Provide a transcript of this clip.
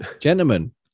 gentlemen